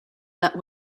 that